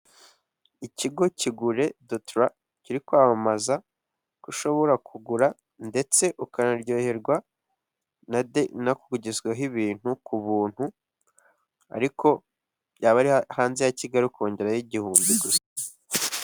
Ikigo kigure doti ra kiri kwamamaza ko ushobora kugura ndetse ukanaryoherwa nade no kugezweho ibintu ku buntu ariko yaba ari hanze ya kigali ukongeraho igihumbi gusa.